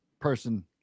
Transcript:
person